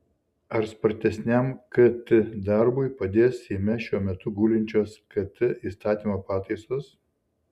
ar spartesniam kt darbui padės seime šiuo metu gulinčios kt įstatymo pataisos